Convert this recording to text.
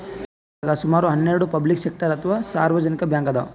ಭಾರತದಾಗ್ ಸುಮಾರ್ ಹನ್ನೆರಡ್ ಪಬ್ಲಿಕ್ ಸೆಕ್ಟರ್ ಅಥವಾ ಸಾರ್ವಜನಿಕ್ ಬ್ಯಾಂಕ್ ಅದಾವ್